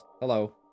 hello